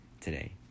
today